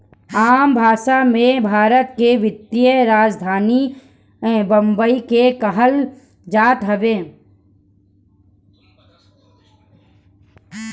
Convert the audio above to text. आम भासा मे, भारत के वित्तीय राजधानी बम्बई के कहल जात हवे